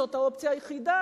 זאת האופציה היחידה,